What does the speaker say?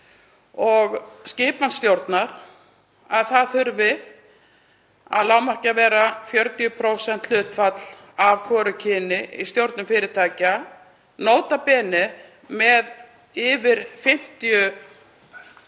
og skipan stjórnar um að það þurfi að lágmarki að vera 40% hlutfall af hvoru kyni í stjórnum fyrirtækja, nota bene með yfir 50